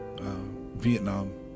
Vietnam